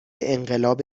انقلاب